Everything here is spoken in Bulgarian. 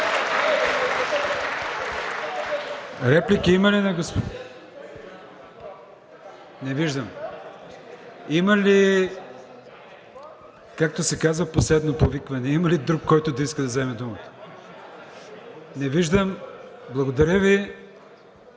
Реплики има ли? Не виждам. Както се казва, последно повикване – има ли друг, който иска да вземе думата? Не виждам. Благодаря Ви.